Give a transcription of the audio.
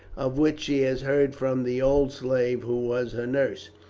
of which she has heard from the old slave who was her nurse.